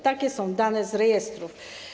Takie są dane z rejestru.